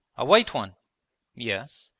a white one yes.